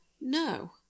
no